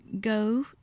go